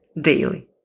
daily